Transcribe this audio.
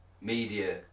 media